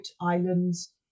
islands